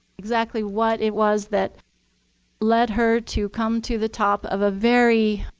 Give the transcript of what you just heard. exactly what it was that led her to come to the top of a very,